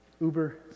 uber